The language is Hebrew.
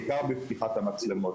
בעיקר בפתיחת המצלמות.